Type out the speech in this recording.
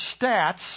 stats